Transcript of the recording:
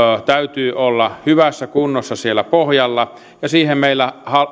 täytyy olla hyvässä kunnossa siellä pohjalla ja siihen meillä